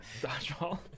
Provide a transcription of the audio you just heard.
Dodgeball